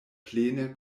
plene